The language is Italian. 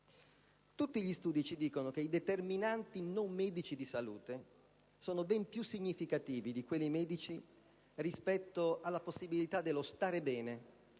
Tutti gli studi ci dicono che i determinanti non medici di salute sono ben più significativi di quelli medici rispetto alla possibilità dello star bene